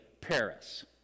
Paris